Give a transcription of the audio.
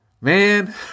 Man